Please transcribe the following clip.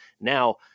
now